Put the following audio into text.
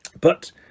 But